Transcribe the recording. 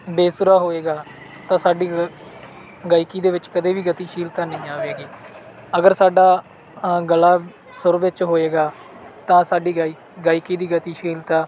ਬੇਸੁਰਾ ਹੋਏਗਾ ਤਾਂ ਸਾਡੀ ਗ ਗਾਇਕੀ ਦੇ ਵਿੱਚ ਕਦੇ ਵੀ ਗਤੀਸ਼ੀਲਤਾ ਨਹੀਂ ਆਵੇਗੀ ਅਗਰ ਸਾਡਾ ਗਲਾ ਸੁਰ ਵਿੱਚ ਹੋਏਗਾ ਤਾਂ ਸਾਡੀ ਗਾਇ ਗਾਇਕੀ ਦੀ ਗਤੀਸ਼ੀਲਤਾ